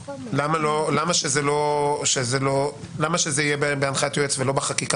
למה שזה יהיה בהנחיית יועץ ולא בחקיקה